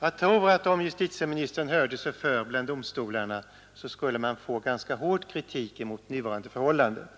Jag tror att om justitieministern hörde sig för bland domstolorna så skulle han få ta del av ganska hård kritik mot nuvarande förhållanden.